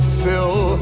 fill